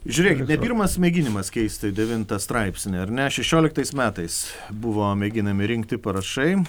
žiūrėkit ne pirmas mėginimas keisti devintą straipsnį ar ne šešioliktais metais buvo mėginami rinkti parašai